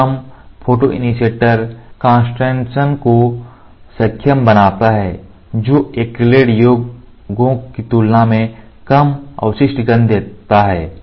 यह कम photoinitiator concentration को सक्षम बनाता है जो ऐक्रेलिक योगों की तुलना में कम अवशिष्ट गंध देता है